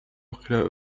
خلال